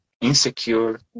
insecure